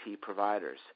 providers